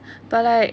but like